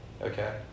Okay